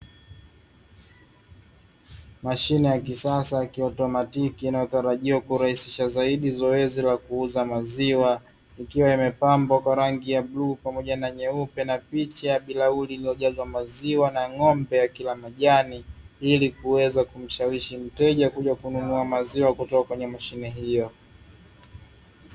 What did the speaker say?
Mashine ya kisasa ya kiautomatiki inayotarajiwa kurahisisha zaidi zoezi la kuuza maziwa ikiwa imepambwa kwa rangi ya bluu pamoja na nyeupe, na picha ya bilauli iliyojazwa maziwa na ng'ombe akila majani ili kuweza kumshawishi mteja kuja kununua maziwa kutoka kwenye mashine hiyo.